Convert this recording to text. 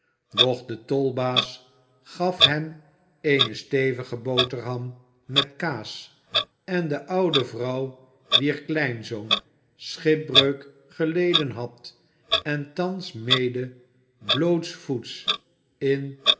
de tolbaas gaf hem eene stevige boterham met kaas en de oude vrouw wier kleinzoon schipbreuk geleden had en thans mede blootsvoets in